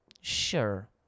sure